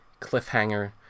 cliffhanger